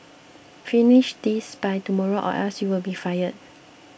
finish this by tomorrow or else you'll be fired